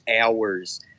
hours